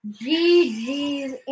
ggs